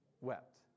wept